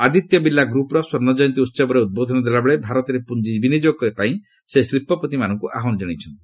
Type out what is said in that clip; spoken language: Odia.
ଆଦିତ୍ୟ ବିର୍ଲା ଗ୍ରପ୍ର ସ୍ୱର୍ଷଜୟନ୍ତୀ ଉହବରେ ଉଦ୍ବୋଧନ ଦେଲାବେଳେ ଭାରତରେ ପୁଞ୍ଜି ବିନିଯୋଗ ପାଇଁ ସେ ଶିଳ୍ପପତି ମାନଙ୍କୁ ଆହ୍ୱାନ ଜଣାଇଛନ୍ତି